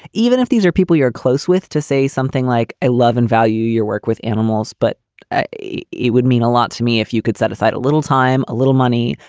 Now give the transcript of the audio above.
even if these are people you're close with to say something like, i love and value your work with animals, but it would mean a lot to me if you could set aside a little time, a little money,